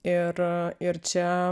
ir ir čia